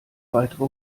weitere